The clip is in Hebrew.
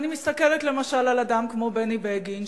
אני מסתכלת למשל על אדם כמו בני בגין,